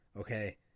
Okay